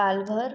Palghar